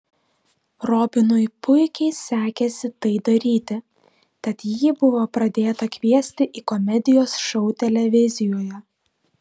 robinui puikiai sekėsi tai daryti tad jį buvo pradėta kviesti į komedijos šou televizijoje